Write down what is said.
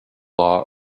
law